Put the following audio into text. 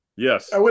Yes